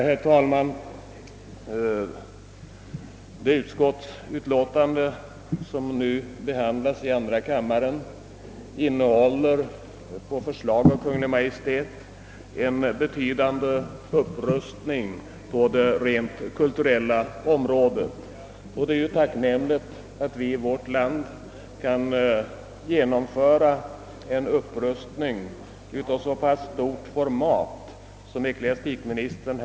Herr talman! Det utskottsutlåtande som nu behandlas i andra kammaren syftar, på förslag av Kungl. Maj:t, till en betydande upprustning på det rent kulturella området, och det är ju tacknämligt att vårt land kan genomföra en upprustning av den storleksordning som föreslagits av ecklesiastikministern.